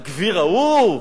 הגביר ההוא,